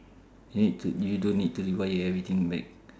you need to you don't need to rewire everything back